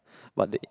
but they